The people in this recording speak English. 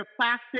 plastic